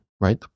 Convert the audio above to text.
right